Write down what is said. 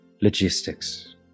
logistics